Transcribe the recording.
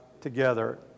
together